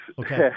Okay